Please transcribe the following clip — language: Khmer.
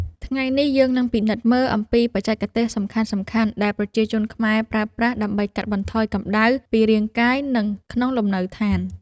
ថ្ងៃនេះយើងនឹងពិនិត្យមើលអំពីបច្ចេកទេសសំខាន់ៗដែលប្រជាជនខ្មែរប្រើប្រាស់ដើម្បីកាត់បន្ថយកម្តៅពីរាងកាយនិងក្នុងលំនៅឋាន។